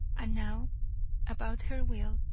and now about her will.